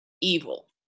evil